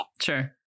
Sure